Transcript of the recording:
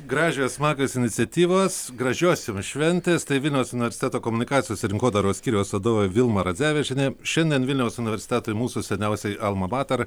gražios smagios iniciatyvos gražios šventės tai vilniaus universiteto komunikacijos ir rinkodaros skyriaus vadovė vilma radzevičienė šiandien vilniaus universitetui mūsų seniausiai alma mater